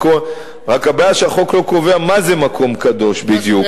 רק הבעיה שהחוק לא קובע מה זה מקום קדוש בדיוק,